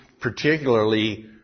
particularly